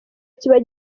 kikaba